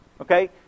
Okay